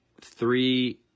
three